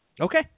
Okay